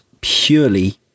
purely